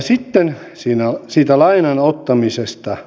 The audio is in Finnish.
sitten siitä lainan ottamisesta